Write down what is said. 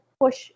push